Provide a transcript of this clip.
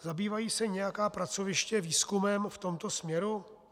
Zabývají se nějaká pracoviště výzkumem v tomto směru?